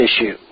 issue